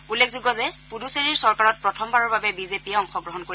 উল্লেখযোগ্য যে পুডুচেৰীৰ চৰকাৰত প্ৰথমবাৰৰ বাবে বিজেপিয় অংশগ্ৰহণ কৰিব